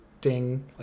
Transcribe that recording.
Ding